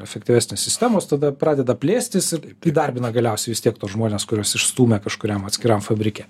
efektyvesnės sistemos tada pradeda plėstis ir įdarbina galiausiai vis tiek tuos žmones kuriuos išstūmė kažkuriam atskiram fabrike